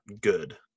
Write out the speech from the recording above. good